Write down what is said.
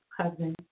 husband